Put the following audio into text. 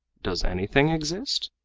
does anything exist?